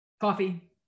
Coffee